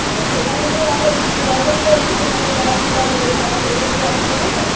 আচ্ছা সেখানে যেয়ে আমরা যদি ঘোরাঘুরি করি সেখানে লঞ্চ বা বোট ভাড়া সেসব কি আপনারা দেবেন